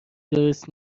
درست